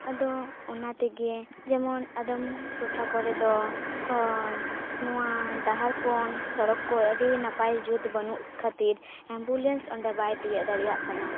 ᱟᱫᱚ ᱚᱱᱟ ᱛᱮᱜᱮ ᱡᱮᱢᱚᱱ ᱟᱫᱚᱢ ᱴᱚᱴᱷᱟ ᱠᱚᱨᱮ ᱫᱚ ᱱᱚᱣᱟ ᱰᱟᱦᱟᱨ ᱠᱚ ᱥᱚᱲᱚᱠ ᱠᱚ ᱟᱹᱰᱤ ᱱᱟᱯᱟᱭ ᱡᱩᱛ ᱵᱟᱹᱱᱩᱜ ᱠᱷᱟᱹᱛᱤᱨ ᱮᱢᱵᱩᱞᱮᱱᱥ ᱚᱸᱰᱮ ᱵᱟᱭ ᱛᱤᱭᱳᱜ ᱫᱟᱲᱮᱭᱟᱜ ᱠᱟᱱᱟ